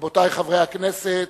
רבותי חברי הכנסת,